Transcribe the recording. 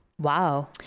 Wow